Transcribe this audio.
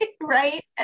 right